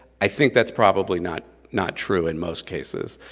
i think that's probably not not true in most cases.